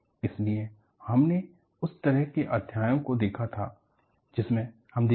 इसलिए हमने उस तरह के अध्यायों को देखा था जिन्हें हम देखेंगे